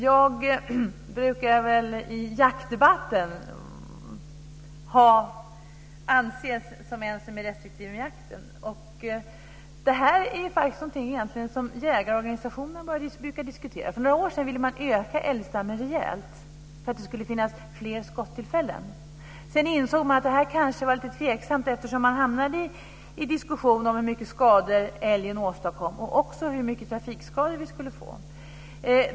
Jag brukar väl i jaktdebatter anses som den som är restriktiv med jakten. Det är faktiskt någonting som jaktorganisationerna brukar diskutera. För några år sedan ville man öka älgstammen rejält för att det skulle finnas fler skottillfällen. Sedan insåg man att det var lite tveksamt, då man hamnade i en diskussion om hur mycket skador älgen åstadkommer och också om hur mycket trafikskador som vi skulle få.